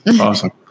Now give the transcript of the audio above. Awesome